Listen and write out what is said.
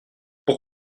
pour